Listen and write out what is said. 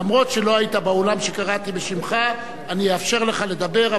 אף שלא היית באולם כשקראתי בשמך אני אאפשר לך לדבר,